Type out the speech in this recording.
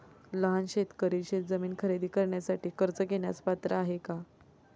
लहान शेतकरी शेतजमीन खरेदी करण्यासाठी कर्ज घेण्यास पात्र आहेत का?